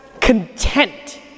content